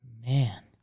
Man